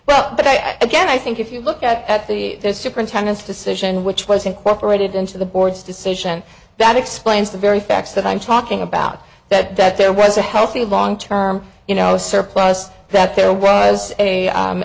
well but i again i think if you look at the superintendent's decision which was incorporated into the board's decision that explains the very facts that i'm talking about that that there was a healthy long term you know surplus that there was a